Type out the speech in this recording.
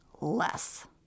less